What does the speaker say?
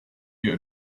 your